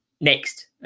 next